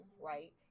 right